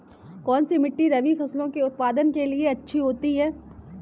कौनसी मिट्टी रबी फसलों के उत्पादन के लिए अच्छी होती है?